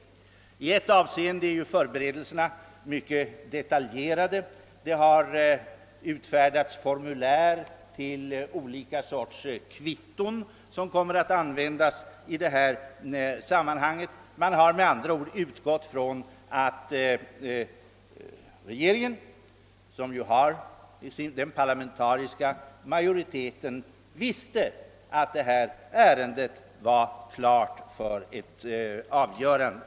I ett avseende är ju förberedelserna mycket detaljerade. Det har utfärdats formulär till olika sorts kvitton, som kommer att användas i detta sammanhang. Man har, med andra ord, utgått från att regeringen, som ju har den parlamentariska majoriteten, visste, att detta ärende var klart för ett avgörande.